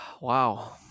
wow